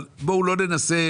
אבל בואו לא ננסה